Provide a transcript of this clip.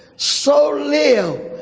so live,